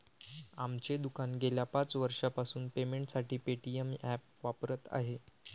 आमचे दुकान गेल्या पाच वर्षांपासून पेमेंटसाठी पेटीएम ॲप वापरत आहे